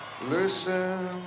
Listen